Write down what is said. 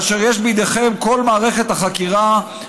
כאשר יש בידכם כל מערכת החקירה.